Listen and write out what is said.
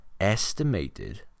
estimated